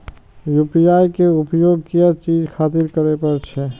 UPI के उपयोग किया चीज खातिर करें परे छे?